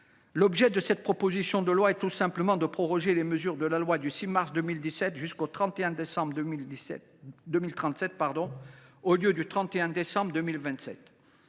L’objet de cette proposition de loi est tout simplement de proroger les mesures de la loi du 6 mars 2017 jusqu’au 31 décembre 2037, au lieu du 31 décembre 2027.